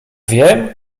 wiem